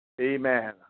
Amen